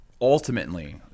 ultimately—